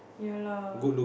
ya lah